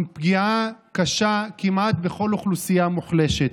עם פגיעה קשה כמעט בכל אוכלוסייה מוחלשת,